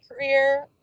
career